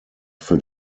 für